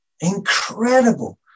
incredible